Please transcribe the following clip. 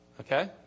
Okay